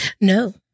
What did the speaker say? No